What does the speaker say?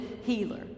Healer